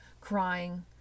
crying